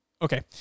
Okay